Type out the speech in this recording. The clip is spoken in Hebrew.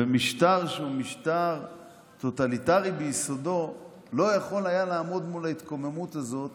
ומשטר שהוא משטר טוטליטרי ביסודו לא יכול היה לעמוד מול ההתקוממות הזאת